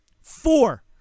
Four